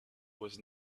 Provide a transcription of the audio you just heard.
was